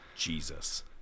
Jesus